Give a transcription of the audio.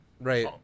Right